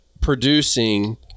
producing